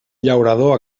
llaurador